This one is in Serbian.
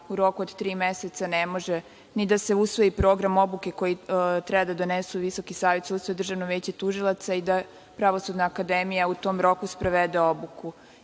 u roku od tri meseca ne može ni da se usvoji program obuke koji treba da donesu Visoki savet sudstva, Državno veće tužilaca i da Pravosudna akademija u tom roku sprovede obuku.I